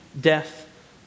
death